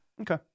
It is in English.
Okay